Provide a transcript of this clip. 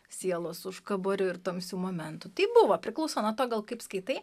sielos užkaborių ir tamsių momentų tai buvo priklauso nuo to gal kaip skaitai